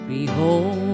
Behold